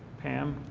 pam?